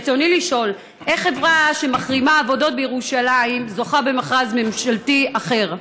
רצוני לשאול: איך חברה שמחרימה עבודות בירושלים זוכה במכרז ממשלתי אחר?